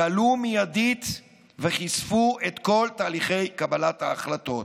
גלו מיידית וחשפו את כל תהליכי קבלת ההחלטות.